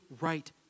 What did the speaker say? right